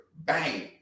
bang